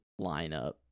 lineup